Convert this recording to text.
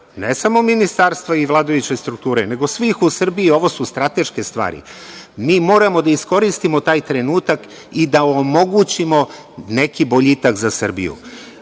ne samo Ministarstva i vladajuće strukture, nego svih u Srbiji. Ovo su strateške stvari. Mi moramo da iskoristimo taj trenutak i da omogućimo neki boljitak za